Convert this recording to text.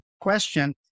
question